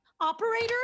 Operator